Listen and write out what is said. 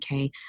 UK